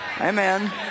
Amen